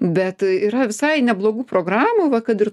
bet yra visai neblogų programų va kad ir